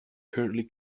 currently